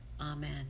Amen